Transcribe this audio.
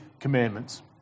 commandments